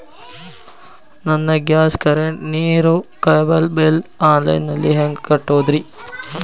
ನನ್ನ gas, current, ನೇರು, cable bill online ನಲ್ಲಿ ಹೆಂಗ್ ಕಟ್ಟೋದ್ರಿ?